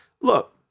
look